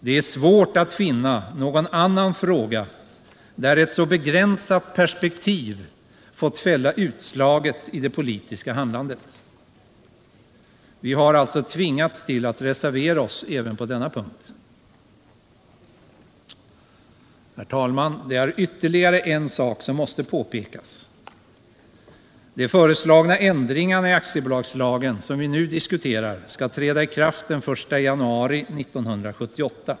Det är svårt att finna någon annan fråga, där ett så begränsat perspektiv fått fälla utslaget i det politiska handlandet. Vi har alltså tvingats till att reservera oss även på denna punkt. Det är ytterligare en sak som måste påpekas. De föreslagna ändringarna i aktiebolagslagen, som vi nu diskuterar, skall träda i kraft den 1 januari 1978.